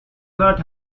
not